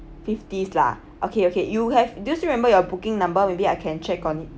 fifties lah okay okay you have just remember your booking number maybe I can check on it